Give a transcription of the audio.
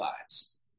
lives